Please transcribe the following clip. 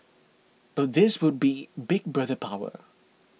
but this would be Big Brother power